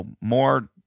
more